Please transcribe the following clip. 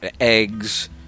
Eggs